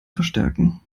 verstärken